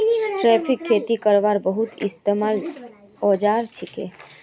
tractor खेती करवार बहुत इंपोर्टेंट औजार छिके